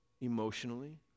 emotionally